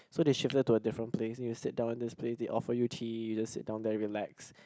so they shifted to a different place then you sit down in this place they offer you tea you just sit down there relax